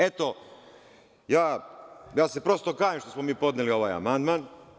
Eto, ja se prosto kajem što smo mi podneli ovaj amandman.